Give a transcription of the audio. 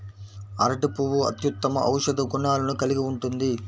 అరటి పువ్వు అత్యుత్తమ ఔషధ గుణాలను కలిగి ఉంటుంది